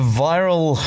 viral